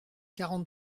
quarante